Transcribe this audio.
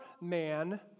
man